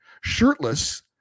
shirtless